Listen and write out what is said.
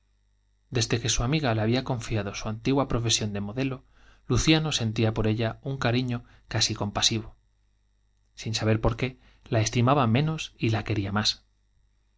desde que su amiga le había cdn liado su antigua luciano sentía por ella profesión de modelo un cariño casi sin saber por qué la estimaba compasivo menos y la quería más